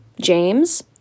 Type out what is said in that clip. James